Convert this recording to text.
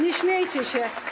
Nie śmiejcie się.